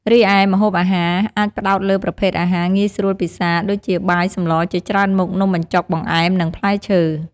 រីឯម្ហូបអាហារអាចផ្តោតលើប្រភេទអាហារងាយស្រួលពិសារ ដូចជាបាយសម្លជាច្រើនមុខ នំបញ្ចុក បង្អែម និងផ្លែឈើ។